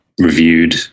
reviewed